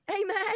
Amen